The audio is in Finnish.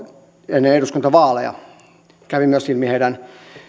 ennen eduskuntavaaleja se kävi ilmi heidän